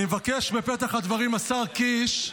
אני מבקש בפתח הדברים, השר קיש,